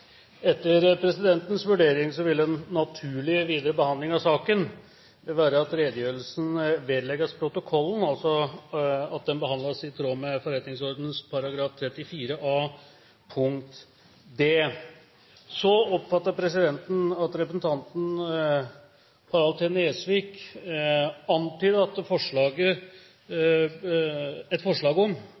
Etter presidentens vurdering ville en naturlig videre behandling av saken være at redegjørelsen vedlegges protokollen, altså at den behandles i tråd med forretningsordenens § 34 a punkt d. Så oppfatter presidenten det slik at representanten Harald T. Nesvik antydet et forslag om